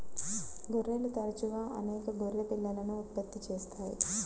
గొర్రెలు తరచుగా అనేక గొర్రె పిల్లలను ఉత్పత్తి చేస్తాయి